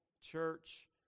church